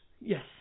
Yes